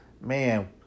man